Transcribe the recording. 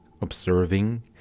observing